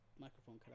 microphone